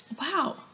wow